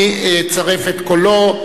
אני אצרף את קולו.